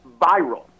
viral